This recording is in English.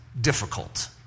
difficult